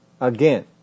again